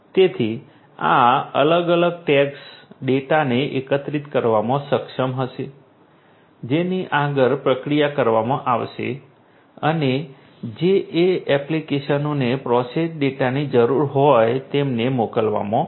તેથી આ અલગ અલગ ટૅગ્સ ડેટાને એકત્રિત કરવામાં સક્ષમ હશે જેની આગળ પ્રક્રિયા કરવામાં આવશે અને જે એપ્લિકેશનને પ્રોસેસ્ડ ડેટાની જરૂર હોય તેમને મોકલવામાં આવશે